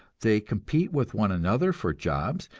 they compete with one another for jobs,